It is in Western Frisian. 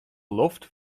loft